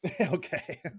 Okay